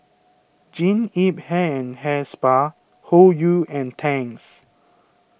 Jean Yip Hair and Hair Spa Hoyu and Tangs